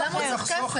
אבל למה הוא צריך כפל?